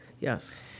Yes